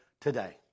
today